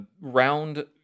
round